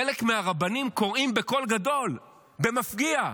חלק מהרבנים קוראים בקול גדול, במפגיע,